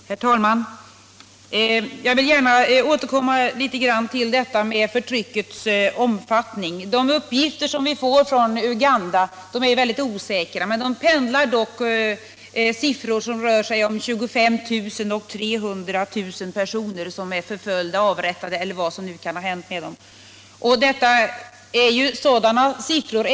Herr talman! Jag vill gärna återkomma till frågan om förtryckets omfattning. De uppgifter som vi får från Uganda är mycket osäkra. Uppgifterna om personer som är förföljda, avrättade — eller vad som nu kan ha hänt med dem — pendlar från 25 000 upp till 300 000.